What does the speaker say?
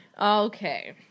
Okay